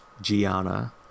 Gianna